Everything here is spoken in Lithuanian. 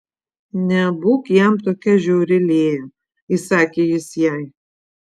nebūk jam tokia žiauri lėja įsakė jis jai